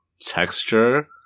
texture